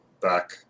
back